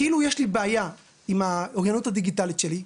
כאילו יש לי בעיה עם האוריינות הדיגיטלית שלי,